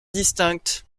distinctes